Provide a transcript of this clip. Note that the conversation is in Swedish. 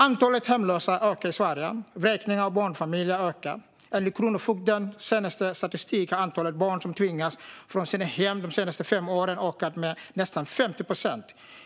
Antalet hemlösa ökar i Sverige. Vräkningar av barnfamiljer ökar. Enligt Kronofogdens senaste statistik har antalet barn som tvingats från sina hem de senaste fem åren ökat med nästan 50 procent.